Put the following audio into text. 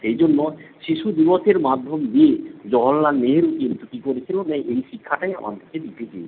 সেই জন্য শিশু দিবসের মাধ্যম দিয়ে জওহর লাল নেহেরু কিন্তু কী করেছিলো না এই শিক্ষাটাই আমাদেরকে দিতে চেয়েছেন